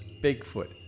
Bigfoot